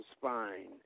spine